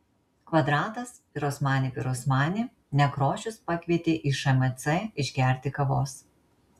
kvadratas pirosmani pirosmani nekrošius pakvietė į šmc išgerti kavos